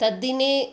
तद्दिने